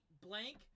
blank